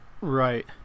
Right